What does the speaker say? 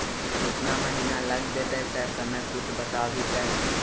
केतना महीना लग देतै सर समय कुछ बता भी सर?